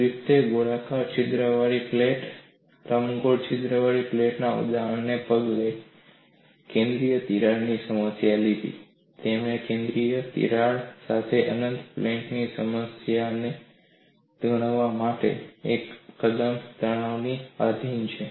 ગ્રિફિથે ગોળાકાર છિદ્રવાળી પ્લેટ લંબગોળ છિદ્રવાળી પ્લેટના ઉદાહરણને પગલે કેન્દ્રીય તિરાડની સમસ્યા લીધી તેમણે કેન્દ્રીય તિરાડ સાથે અનંત પ્લેટની સમસ્યાને ગણવામાં આવી હતી જે એકદમ તણાવને આધિન છે